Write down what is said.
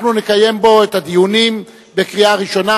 אנחנו נקיים בו את הדיונים בקריאה ראשונה,